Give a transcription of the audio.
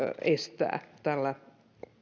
estää tällä